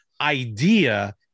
idea